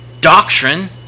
Doctrine